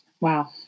Wow